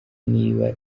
niba